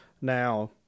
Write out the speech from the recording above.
Now